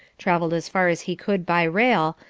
travelled as far as he could by rail,